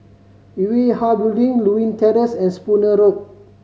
Yue Hwa Building Lewin Terrace and Spooner Road